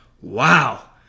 wow